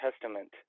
Testament